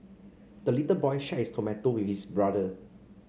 the little boy shared his tomato with his brother